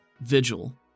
Vigil